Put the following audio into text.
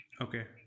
Okay